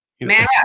man